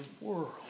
world